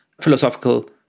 philosophical